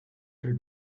her